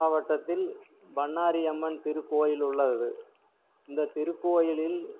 மாவட்டத்தில் பண்ணாரியம்மன் திருக்கோயில் உள்ளது இந்த திருக்கோயிலில்